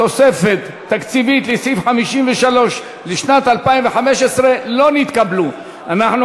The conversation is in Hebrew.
תקציבית לסעיף 53 לשנת 2015. מי בעד?